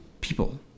people